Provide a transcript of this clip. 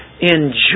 enjoy